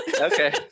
Okay